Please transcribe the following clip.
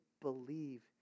believe